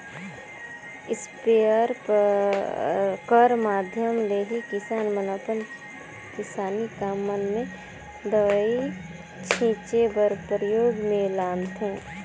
sprayer कर माध्यम ले ही किसान मन अपन किसानी काम मन मे दवई छीचे बर परियोग मे लानथे